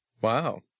Wow